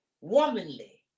womanly